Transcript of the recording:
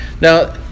now